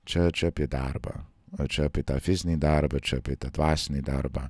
čia čia apie darbą o čia apie fizinį darbą čia apie dvasinį darbą